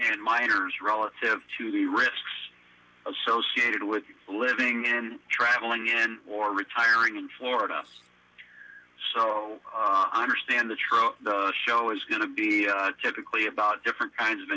and minors relative to the risks associated with living traveling or retiring in florida so i understand the true show is going to be typically about different kinds of